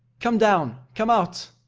come down, come out!